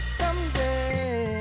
someday